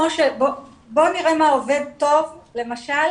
בואו נראה מה עובד טוב, למשל